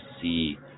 see